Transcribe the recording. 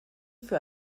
für